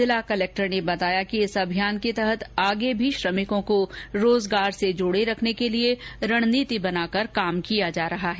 जिला कलक्टर ने बताया कि इस अभियान के तहत आगे भी श्रमिकों को रोजगार से जोड़े रखने के लिये रणनीति बनाकर काम किया जा रहा है